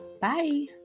bye